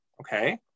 okay